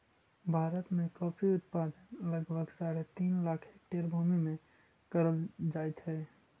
भारत में कॉफी उत्पादन लगभग साढ़े तीन लाख हेक्टेयर भूमि में करल जाइत हई